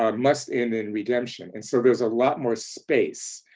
um must end in redemption. and so there's a lot more space.